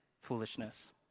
foolishness